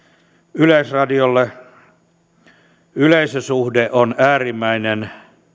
yleisradiolle yleisösuhde on äärimmäisen